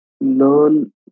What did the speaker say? learn